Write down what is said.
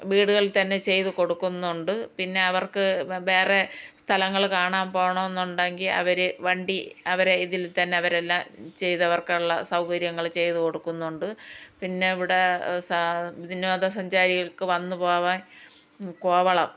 വീടുകളിൽ തന്നെ ചെയ്ത് കൊടുക്കുന്നുണ്ട് പിന്നെ അവർക്ക് വേറെ സ്ഥലങ്ങൾ കാണാൻ പോണമെന്ന് ഉണ്ടെങ്കിൽ അവർ വണ്ടി അവരെ ഇതിൽ തന്നെ അവരെല്ലാം ചെയ്തവർക്കുള്ള സൗകര്യങ്ങൾ ചെയ്ത് കൊടുക്കുന്നുണ്ട് പിന്നെ അവിടെ സാ വിനോദസഞ്ചാരികൾക്ക് വന്ന് പോവാൻ കോവളം